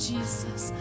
Jesus